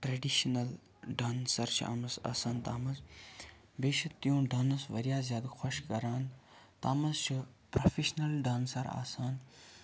traditional dancer چھِ آمٕژ آسان تَتھ مَنٛز بیٚیہِ چھُ تِہُنٛد ڈانس واریاہ زیادٕ خۄش کَران تَتھ منٛز چھِ پرٛوفِشنَل ڈانسَر آسان